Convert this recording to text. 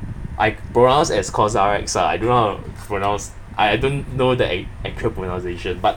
I pronounce as Cosrx ah I don't know how to pronounce I don't know the ac~ actual pronunciation but